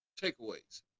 takeaways